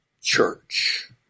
church